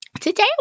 Today